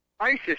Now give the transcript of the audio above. ISIS